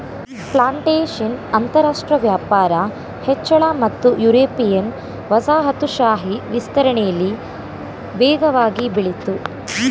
plantation ಅಂತರಾಷ್ಟ್ರ ವ್ಯಾಪಾರ ಹೆಚ್ಚಳ ಮತ್ತು ಯುರೋಪಿಯನ್ ವಸಾಹತುಶಾಹಿ ವಿಸ್ತರಣೆಲಿ ವೇಗವಾಗಿ ಬೆಳಿತು